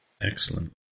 Excellent